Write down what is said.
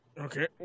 Okay